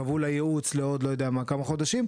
קבעו לה ייעוץ לעוד כמה חודשים,